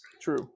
True